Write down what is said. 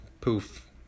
poof